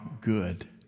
good